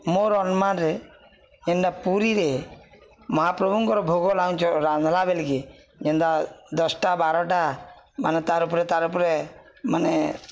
ମୋର ଅନୁମାନରେ ଏନ୍ତା ପୁରୀରେ ମହାପ୍ରଭୁଙ୍କର ଭୋଗ ଲ ଆଚ ରାନ୍ଧ୍ଲା ବଲିକି ଯେନ୍ତା ଦଶଟା ବାରଟା ମାନେ ତାର ଉପରେ ତାର ଉପରେ ମାନେ